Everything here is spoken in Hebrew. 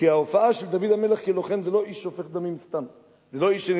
כי ההופעה של דוד המלך כלוחם זה לא של איש שופך דמים סתם,